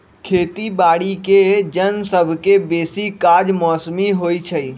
खेती बाड़ीके जन सभके बेशी काज मौसमी होइ छइ